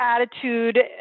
attitude